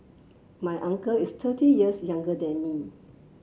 my uncle is thirty years younger than me